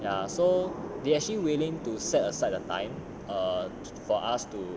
ya so they actually willing to set aside a time um for us to